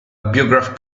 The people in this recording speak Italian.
biograph